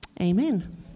amen